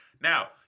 Now